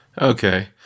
Okay